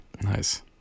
Nice